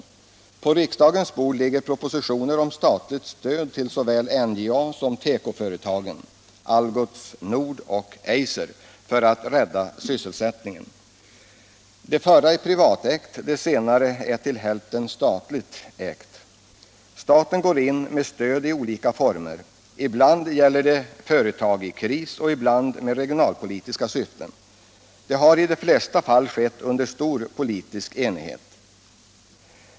På riksdagens bord ligger propositioner om statligt stöd till såväl NJA som tekoföretagen Algots Nord och Eiser för att rädda sysselsättningen. Det förstnämnda företaget är privatägt, det sistnämnda till hälften statligt. Staten går in med stöd i olika former. Ibland gäller det företag i kris, och ibland har stöden regionalpolitiska syften. Stöden har i de flesta fall getts under stor politisk enighet.